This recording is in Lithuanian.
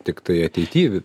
tiktai ateity